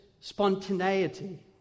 spontaneity